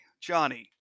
Johnny